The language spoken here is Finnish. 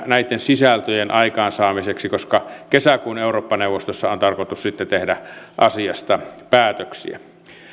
näitten sisältöjen aikaansaamiseksi koska kesäkuun eurooppa neuvostossa on tarkoitus sitten tehdä asiasta päätöksiä